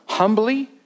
Humbly